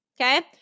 Okay